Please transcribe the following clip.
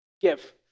Give